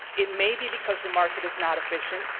it may be because the market is not efficient.